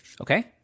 Okay